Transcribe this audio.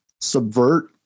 subvert